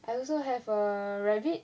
I also have a rabbit